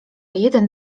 jeden